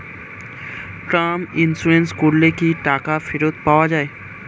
Term insurance করলে কি টাকা ফেরত পাওয়া যায়?